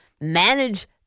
manage